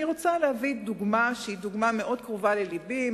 אני רוצה להביא דוגמה שהיא מאוד קרובה ללבי,